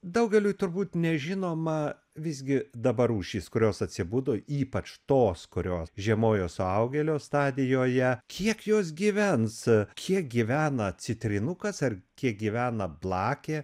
daugeliui turbūt nežinoma visgi dabar rūšys kurios atsibudo ypač tos kurios žiemojo suaugėlio stadijoje kiek jos gyvens kiek gyvena citrinukas ar kiek gyvena blakė